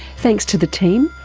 thanks to the team,